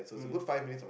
mm